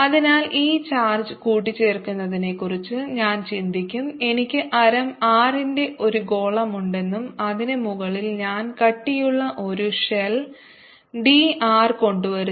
അതിനാൽ ഈ ചാർജ് കൂട്ടിച്ചേർക്കുന്നതിനെക്കുറിച്ച് ഞാൻ ചിന്തിക്കും എനിക്ക് ആരം r ന്റെ ഒരു ഗോളമുണ്ടെന്നും അതിന് മുകളിൽ ഞാൻ കട്ടിയുള്ള ഒരു ഷെൽ d r കൊണ്ടുവരുന്നു